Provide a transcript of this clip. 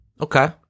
Okay